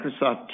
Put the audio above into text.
Microsoft